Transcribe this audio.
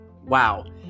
wow